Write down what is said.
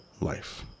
life